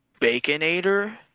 Baconator